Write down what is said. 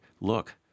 look